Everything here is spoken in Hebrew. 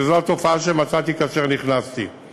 שזו התופעה שמצאתי כאשר נכנסתי למשרד.